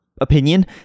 opinion